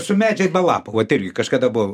su medžiai be lapų vat irgi kažkada buvo